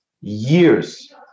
Years